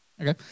okay